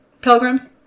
pilgrims